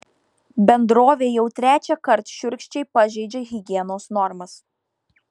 bendrovė jau trečiąkart šiurkščiai pažeidžia higienos normas